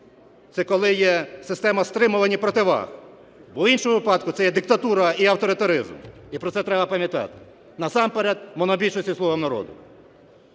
це коли є система стримувань і противаг. Бо в іншому випадку це є диктатура і авторитаризм, і про це треба пам'ятати, насамперед монобільшості, "слугам народу".